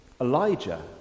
Elijah